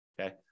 okay